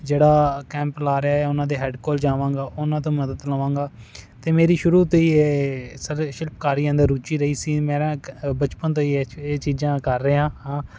ਜਿਹੜਾ ਕੈਂਪ ਲਾ ਰਹੇ ਉਨ੍ਹਾਂ ਦੇ ਹੈਡ ਕੋਲ ਜਾਵਾਂਗਾ ਉਨ੍ਹਾਂ ਤੋਂ ਮਦਦ ਲਵਾਂਗਾ ਅਤੇ ਮੇਰੀ ਸ਼ੁਰੂ ਤੋਂ ਹੀ ਇਹ ਸਰ ਸ਼ਿਲਪਕਾਰੀਆਂ ਦੇ ਰੁਚੀ ਰਹੀ ਸੀ ਮੇਰਾ ਬਚਪਨ ਤੋਂ ਹੀ ਇਹ ਇਹ ਚੀਜ਼ਾਂ ਕਰ ਰਿਹਾ ਹਾਂ